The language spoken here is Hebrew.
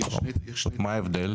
מה הבדל?